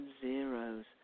zeros